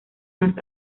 más